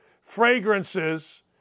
fragrances